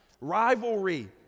rivalry